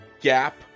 Gap